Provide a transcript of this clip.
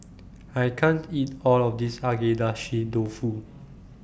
I can't eat All of This Agedashi Dofu